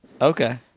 okay